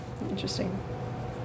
interesting